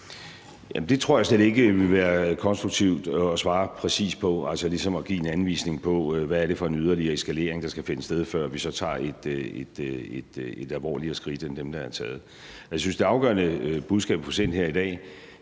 det tror jeg slet ikke vil være konstruktivt at svare præcist på – altså ligesom at give en anvisning på, hvad det er for en yderligere eskalering, der skal finde sted, før vi så tager et alvorligere skridt end dem, der er taget. Jeg synes, at det afgørende budskab at få sendt her i dag